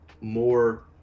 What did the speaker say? more